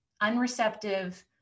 unreceptive